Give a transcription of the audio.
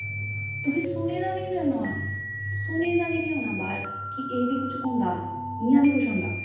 तुसें सुने दा नेईं होना सुने दा बी नेईं होना बाह्र कि एह् बी कुछ होंदा इ'यां बी कुछ होंदा